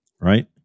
Right